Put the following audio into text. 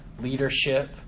leadership